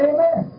Amen